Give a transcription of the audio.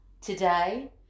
today